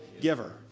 giver